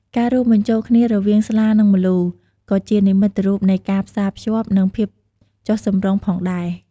ការរួមបញ្ចូលគ្នារវាងស្លា និងម្លូ ក៏ជានិមិត្តរូបនៃ ការផ្សារភ្ជាប់ និង ភាពចុះសម្រុង ផងដែរ។